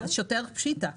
שוטר פשיטה.